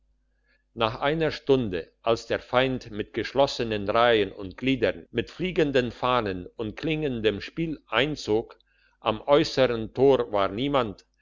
nach einer stunde als der feind mit geschlossenen reihen und gliedern mit fliegenden fahnen und klingendem spiel einzog am äussern tor war niemand